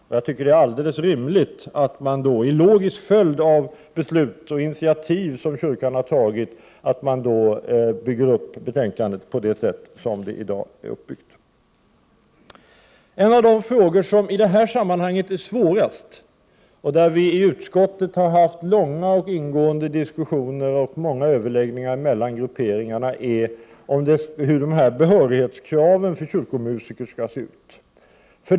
Jag tycker att det är alldeles rimligt att man som en logisk följd av de beslut och initiativ som kyrkan har tagit utformar betänkandet på det sätt som det nu är utformat. En av de frågor som i det här sammanhanget är svårast att besvara, och där vi i utskottet har haft långa och ingående diskussioner och överläggningar mellan grupperingarna, gäller hur behörighetskraven för kyrkomusiker skall se ut.